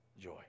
joy